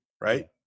right